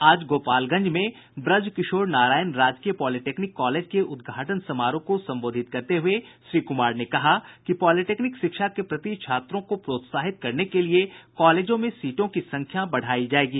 आज गोपालगंज में ब्रजकिशोर नारायण राजकीय पॉलिटेक्निक कॉलेज के उद्घाटन समारोह को संबोधित करते हुए श्री कुमार ने कहा कि पॉलिटेक्निक शिक्षा के प्रति छात्रों को प्रोत्साहित करने के लिये कॉलेजों में सीटों की संख्या बढ़ायी जायेगी